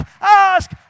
ask